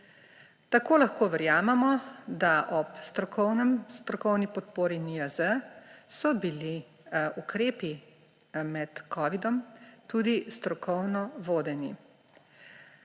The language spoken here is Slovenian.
Tako lahko verjamemo, da so ob strokovni podpori NIJZ bili ukrepi med covidom tudi strokovno vodeni.